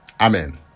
amen